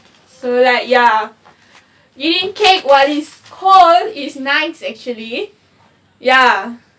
so like ya you did cake while it's cold it is nice actually ya